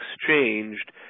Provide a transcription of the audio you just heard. exchanged